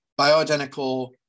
bioidentical